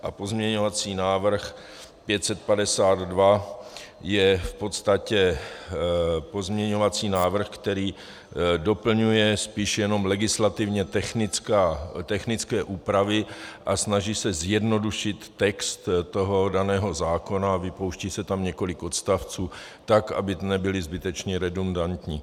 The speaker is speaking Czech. A pozměňovací návrh 552 je v podstatě pozměňovací návrh, který doplňuje spíše jenom legislativně technické úpravy a snaží se zjednodušit text toho daného zákona a vypouští se tam několik odstavců tak, aby nebyly zbytečně redundantní.